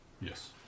Yes